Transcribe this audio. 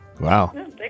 Wow